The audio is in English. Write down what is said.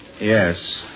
Yes